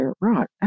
right